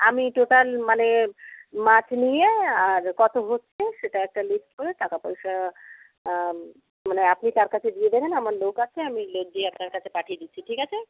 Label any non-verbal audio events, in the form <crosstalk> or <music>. আমি টোটাল মানে মাছ নিয়ে আর কতো হচ্ছে সেটা একটা লিস্ট করে টাকা পয়সা মানে আপনি তার কাছে দিয়ে দেবেন আমার লোক আছে আমি <unintelligible> যেয়ে আপনার কাছে পাঠিয়ে দিচ্ছি ঠিক আছে